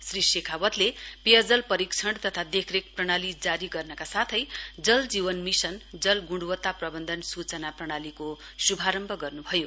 श्री शेखावतले पेयजल परीक्षण तथा देखरेख प्रणाली जारी गर्नका साथै जलजीवन मिशन जल गुणवत्ता प्रवन्धन सूचना प्रणालीको शुभारम्भ गर्नुभयो